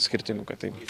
skirtingų kad tai